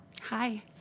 Hi